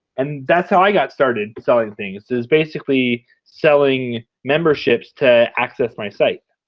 and that's how i got started selling things, is basically selling memberships to access my site.